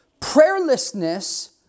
Prayerlessness